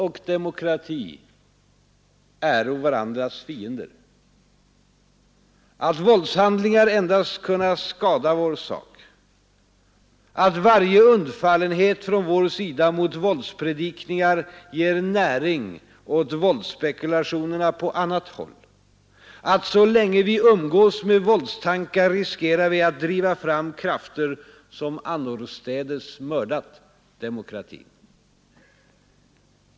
I en ”Det måste alltjämt fiender, att våldshandlingar endast kunna skada vår sak, att varje undfallenhet från vår sida mot våldspredikningar ger näring åt våldsspekulationerna på annat håll, att så länge vi umgås med våldstankar riskerar vi sägas ifrån att våld och demokrati äro varandras att driva fram krafter som annorstädes mördat demokratin.